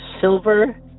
silver